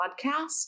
podcast